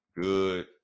good